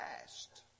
past